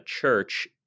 church